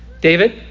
David